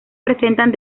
presentan